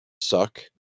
suck